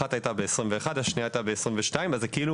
אחת הייתה ב-2021 והשנייה הייתה ב-2022 וזה כאילו